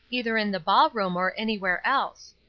either in the ball-room or anywhere else.